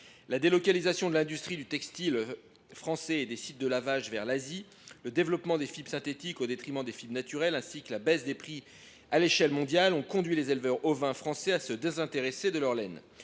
La délocalisation de l’industrie du textile français et des sites de lavage vers l’Asie, le développement des fibres synthétiques au détriment des fibres naturelles, ainsi que la baisse des prix à l’échelle mondiale ont conduit les éleveurs ovins français à se désintéresser de la laine.